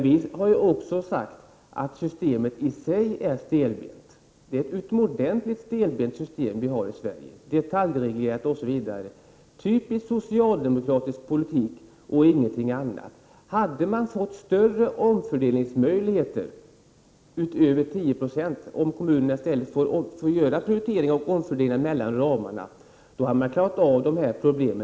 Vi har också sagt att systemet i sig är stelbent. Det är ett utomordentligt stelbent system vi har i Sverige, detaljreglerat osv. — typisk socialdemokratisk politik och ingenting annat. Om kommunerna hade fått större möjligheter att prioritera och omfördela utöver 10 26 mellan ramarna, hade man klarat av dessa problem.